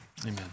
amen